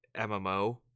MMO